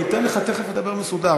אני אתן לך תכף לדבר מסודר,